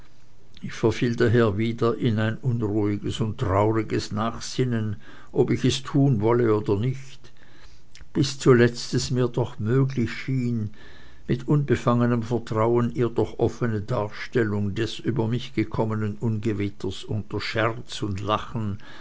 ich verfiel daher wieder in ein unruhiges und trauriges nachsinnen ob ich es tun solle oder nicht bis zuletzt es mir doch möglich schien mit unbefangenem vertrauen ihr durch offene darstellung des über mich gekommenen ungewitters unter scherz und lachen